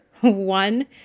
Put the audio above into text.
One